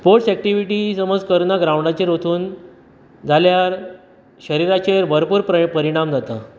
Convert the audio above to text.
sports activity समज करना ग्राउंडाचेर वचून जाल्यार शरिराचेर भरपूर पर परिणाम जाता